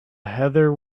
heather